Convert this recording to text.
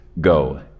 go